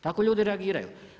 Tako ljudi reagiraju.